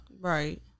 Right